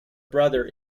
brother